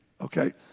Okay